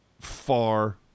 far